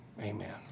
amen